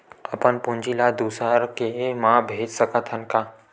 अपन पूंजी ला दुसर के मा भेज सकत हन का?